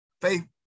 Faith